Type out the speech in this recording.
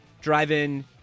Drive-in